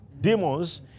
Demons